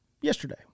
yesterday